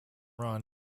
run